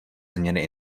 změny